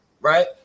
right